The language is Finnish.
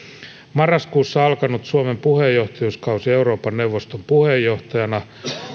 marraskuussa alkanut suomen puheenjohtajuuskausi euroopan neuvoston puheenjohtajana